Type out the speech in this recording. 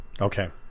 Okay